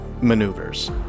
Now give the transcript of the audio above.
Maneuvers